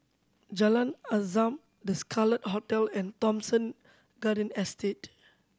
Jalan Azam The Scarlet Hotel and Thomson Garden Estate